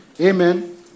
Amen